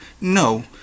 no